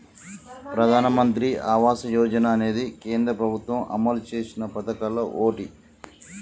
ప్రధానమంత్రి ఆవాస యోజన అనేది కేంద్ర ప్రభుత్వం అమలు చేసిన పదకాల్లో ఓటి